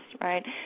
right